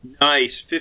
Nice